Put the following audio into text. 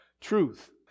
truth